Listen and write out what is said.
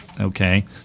okay